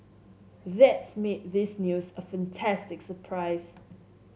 that's made this news a fantastic surprise